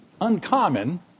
uncommon